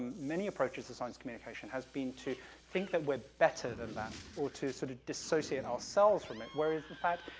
many approaches to science communication has been to think that we're better than that, or to sort of dissociate ourselves from it, whereas the fact,